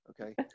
Okay